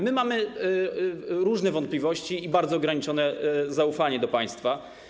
My mamy różne wątpliwości i bardzo ograniczone zaufanie do państwa.